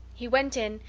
he went in,